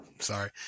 sorry